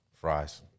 Fries